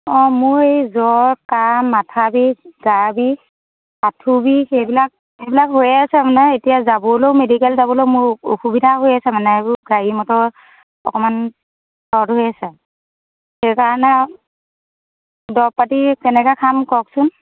অঁ মোৰ এই জ্বৰ কাহ মাথা বিষ গা বিষ আঁঠু বিষ এইবিলাক এইবিলাক হৈয়ে আছে মানে এতিয়া যাবলৈও মেডিকেল যাবলৈ মোৰ অসুবিধা হৈ আছে মানে এইবোৰ গাড়ী মটৰ অকণমান হৈ আছে সেইকাৰণে দৰব পাতি কেনেকৈ খাম কওকচোন